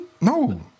No